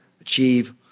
achieve